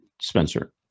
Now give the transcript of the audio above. Spencer